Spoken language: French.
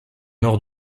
nord